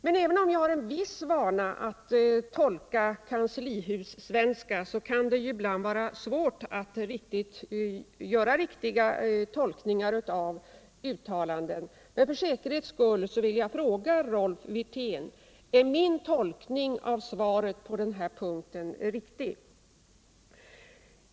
Men även om jag har en viss vana att tolka kanslihussvenska kan det ibland vara svårt att göra riktiga tolkningar av uttalanden. För säkerhets skull vill jag fråga Rolf Wirtén: Är min tolkning av svaret på den här punkten riktig?